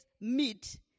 meet